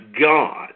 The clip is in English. God